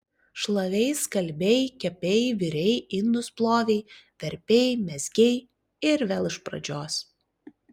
šlavei skalbei kepei virei indus plovei verpei mezgei ir vėl iš pražios